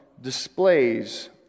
displays